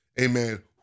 Amen